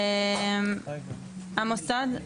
המוסד,